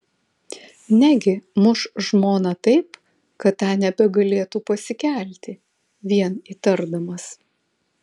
negi muš žmoną taip kad ta nebegalėtų pasikelti vien įtardamas